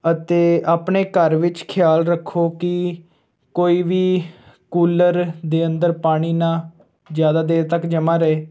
ਅਤੇ ਆਪਣੇ ਘਰ ਵਿੱਚ ਖਿਆਲ ਰੱਖੋ ਕਿ ਕੋਈ ਵੀ ਕੂਲਰ ਦੇ ਅੰਦਰ ਪਾਣੀ ਨਾ ਜ਼ਿਆਦਾ ਦੇਰ ਤੱਕ ਜਮ੍ਹਾਂ ਰਹੇ